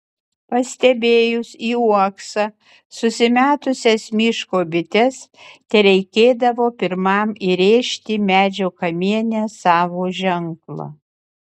pastebėjus į uoksą susimetusias miško bites tereikėdavo pirmam įrėžti medžio kamiene savo ženklą